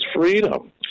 freedom